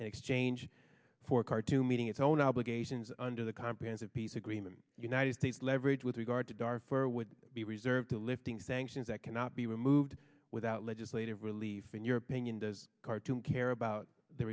in exchange for khartoum meeting its own obligations under the comprehensive peace agreement united states leverage with regard to dar for would be reserved to lifting sanctions that cannot be removed without legislative relief in your opinion does khartoum care about the